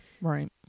right